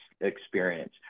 experience